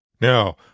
Now